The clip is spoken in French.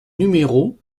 numéro